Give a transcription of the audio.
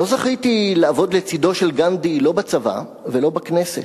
לא זכיתי לעבוד לצדו של גנדי לא בצבא ולא בכנסת.